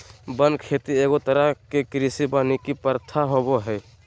वन खेती एगो तरह के कृषि वानिकी प्रथा होबो हइ